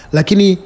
Lakini